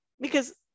Because-